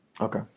Okay